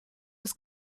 des